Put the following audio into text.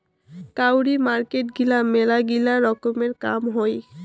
কাউরি মার্কেট গিলা মেলাগিলা রকমের কাম হই